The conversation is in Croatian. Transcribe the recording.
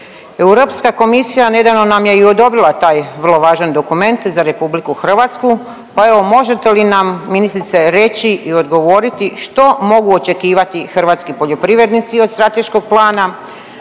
Europska komisija nedavno nam je i odobrila taj vrlo važan dokument za RH, pa evo možete li nam ministrice reći i odgovoriti što mogu očekivati hrvatski poljoprivrednici od strateškog plana,